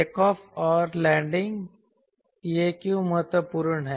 takeoff और landing यह क्यों महत्वपूर्ण है